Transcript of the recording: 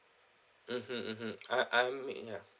mmhmm mmhmm I I mean yeah